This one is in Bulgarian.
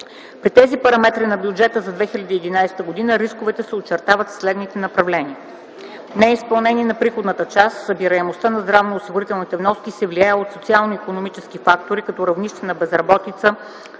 При тези параметри на бюджета за 2011 г. рисковете се очертават в следните направления: - неизпълнение на приходната част – събираемостта на здравноосигурителните вноски се влияе от социално-икономически фактори, като равнище на безработица,